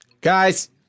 Guys